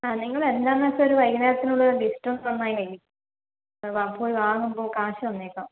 ആ നിങ്ങൾ എന്താണെന്നു വച്ചാൽ ഒരു വൈകുന്നേരത്തിനുള്ളിൽ ലിസ്റ്റൊന്നു തന്നാൽ പോയി വാങ്ങുമ്പോൾ കാശ് തന്നേക്കാം